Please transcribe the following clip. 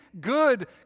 good